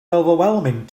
overwhelming